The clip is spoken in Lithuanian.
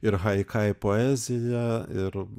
ir haikai poezija ir